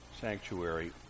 sanctuary